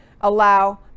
allow